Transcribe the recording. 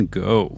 go